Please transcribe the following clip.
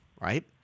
Right